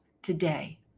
today